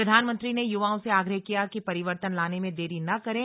प्रधानमंत्री ने युवाओं से आग्रह किया कि परिवर्तन लाने में देरी न करें